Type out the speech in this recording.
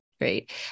right